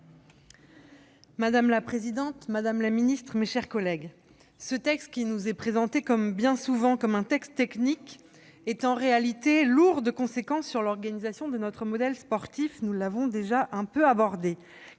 Madame la présidente, madame la ministre, mes chers collègues, ce projet de loi, qui nous est présenté bien souvent comme un texte technique, est en réalité lourd de conséquences pour l'organisation de notre modèle sportif- nous avons déjà abordé